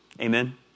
amen